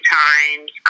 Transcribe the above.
times